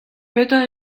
petra